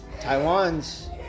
Taiwan's